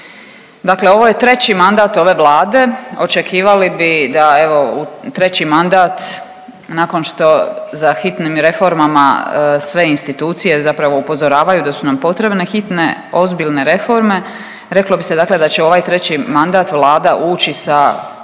Dakle ovo je treći mandat ove Vlade, očekivali bi da evo u treći mandat nakon što za hitnim reformama sve institucije zapravo upozoravaju da su nam potrebne hitne ozbiljne reforme, reklo bi se dakle da će u ovaj treći mandat Vlada ući sa